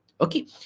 Okay